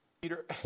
Peter